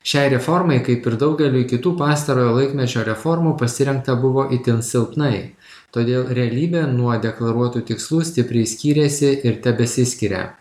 šiai reformai kaip ir daugeliui kitų pastarojo laikmečio reformų pasirengta buvo itin silpnai todėl realybė nuo deklaruotų tikslų stipriai skyrėsi ir tesiskiria